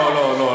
לא לא לא.